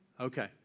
Okay